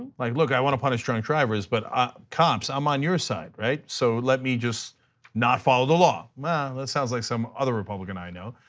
ah like look, i want to punish drunk drivers but ah cops, i am on your side. so let me just not follow the law. that sounds like some other republican i know.